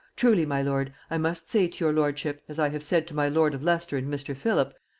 truly, my lord, i must say to your lordship, as i have said to my lord of leicester and mr. philip,